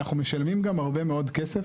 אנחנו משלמים גם הרבה מאוד כסף,